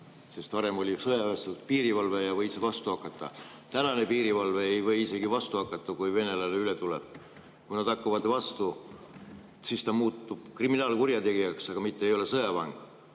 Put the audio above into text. Varem oli sõjaväestatud piirivalve ja võis vastu hakata. Tänane piirivalve ei või isegi vastu hakata, kui venelane üle tuleb. Kui ta hakkab vastu, siis ta muutub kriminaalkurjategijaks, aga mitte ei ole sõjavang.